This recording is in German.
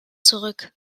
zurück